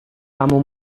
kamu